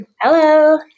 Hello